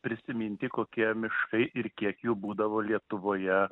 prisiminti kokie miškai ir kiek jų būdavo lietuvoje